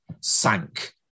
sank